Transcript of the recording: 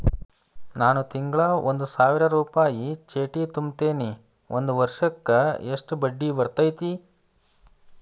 ನಾನು ತಿಂಗಳಾ ಒಂದು ಸಾವಿರ ರೂಪಾಯಿ ಚೇಟಿ ತುಂಬತೇನಿ ಒಂದ್ ವರ್ಷಕ್ ಎಷ್ಟ ಬಡ್ಡಿ ಬರತೈತಿ?